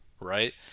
right